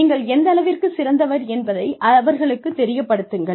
நீங்கள் எந்தளவிற்கு சிறந்தவர் என்பதை அவர்களுக்குத் தெரியப்படுத்துங்கள்